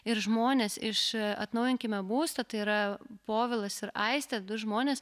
ir žmonės iš atnaujinkime būstą tai yra povilas ir aistė du žmonės